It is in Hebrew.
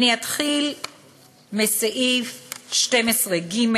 אני אתחיל מסעיף 12(ג),